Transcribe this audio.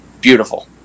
Beautiful